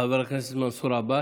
חבר הכנסת מנסור עבאס,